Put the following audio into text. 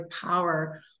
power